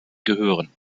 gehören